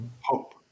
Hope